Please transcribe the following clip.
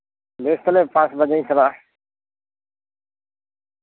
ᱵᱮᱥ ᱛᱟᱞᱦᱮ ᱯᱟᱸᱪ ᱵᱟᱡᱮᱧ ᱪᱟᱞᱟᱜᱼᱟ